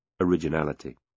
originality